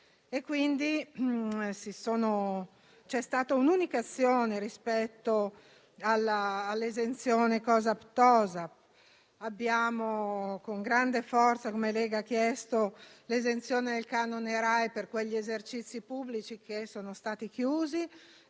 e quindi c'è stata un'unica azione rispetto all'esenzione COSAP-TOSAP. La Lega con grande forza ha chiesto l'esenzione del canone RAI per quegli esercizi pubblici che sono stati chiusi